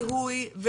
וטיפול.